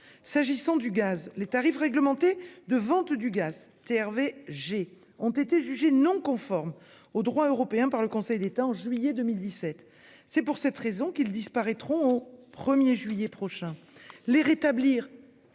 s'agissant du gaz les tarifs réglementés de vente du gaz TRV j'ont été jugés non conformes au droit européen par le Conseil d'État en juillet 2017. C'est pour cette raison qu'ils disparaîtront au 1er juillet prochain